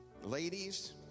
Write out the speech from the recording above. ladies